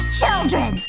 children